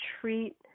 treat